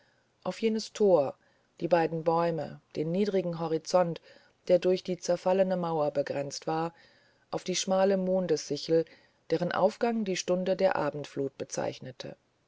auf jenes thor die beiden bäume den niedrigen horizont der durch eine zerfallene mauer begrenzt war auf die schmale mondessichel deren aufgang die stunde der abendflut bezeichnete